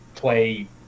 play